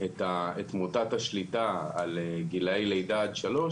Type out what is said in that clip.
את אותה שליטה על גילאי לידה עד שלוש,